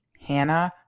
hannah